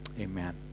Amen